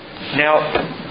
Now